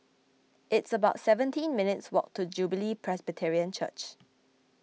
it's about seventeen minutes' walk to Jubilee Presbyterian Church